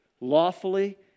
lawfully